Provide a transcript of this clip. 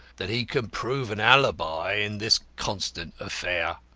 that he can prove an alibi in this constant affair.